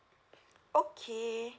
okay